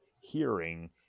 hearing